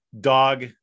dog